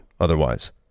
otherwise